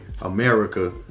America